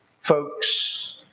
Folks